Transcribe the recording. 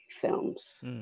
films